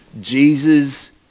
Jesus